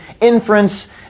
inference